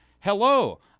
Hello